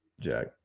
jack